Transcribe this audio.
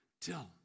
tell